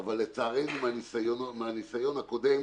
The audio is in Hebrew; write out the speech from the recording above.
אבל לצערנו מהניסיון הקודם,